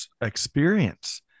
experience